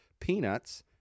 peanuts